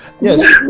yes